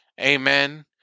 Amen